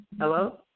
Hello